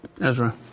Ezra